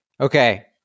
okay